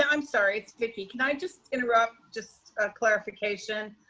and i'm sorry. it's vicki, can i just interrupt just a clarification.